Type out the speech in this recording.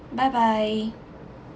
bye bye